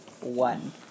One